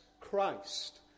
Christ